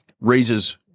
raises